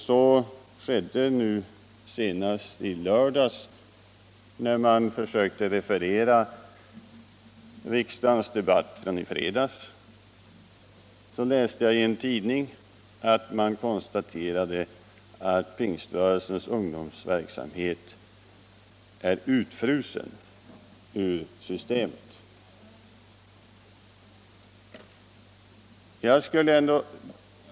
Så skedde senast i lördags, när man försökte referera riksdagens debatt i fredags. Jag läste i en tidning att man där konstaterade att pingströrelsens ungdomsverksamhet är utfrusen ur systemet.